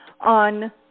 on